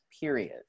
period